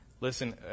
Listen